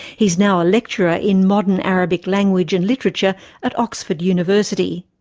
he's now a lecturer in modern arabic language and literature at oxford university.